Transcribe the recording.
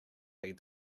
feed